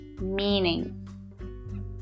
meaning